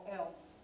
else